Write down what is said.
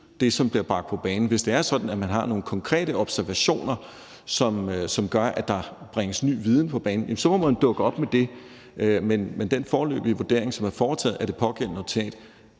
der bliver bragt på banen. Hvis det er sådan, at man har nogle konkrete observationer, som gør, at der bringes ny viden på banen, så må man dukke op med det. Men den foreløbige vurdering, som er foretaget af det pågældende notat,